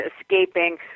escaping